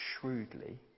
shrewdly